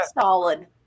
solid